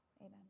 Amen